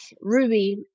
Ruby